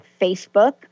Facebook